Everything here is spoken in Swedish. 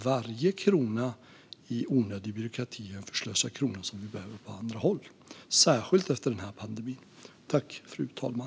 Varje krona till onödig byråkrati är som sagt en förslösad krona som behövs på andra håll, särskilt efter den här pandemin.